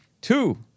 two